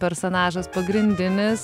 personažas pagrindinis